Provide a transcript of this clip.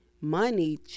money